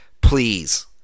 please